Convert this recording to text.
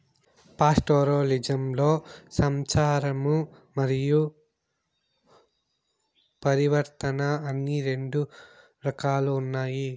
పాస్టోరలిజంలో సంచారము మరియు పరివర్తన అని రెండు రకాలు ఉన్నాయి